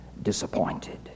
disappointed